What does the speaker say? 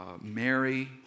Mary